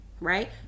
right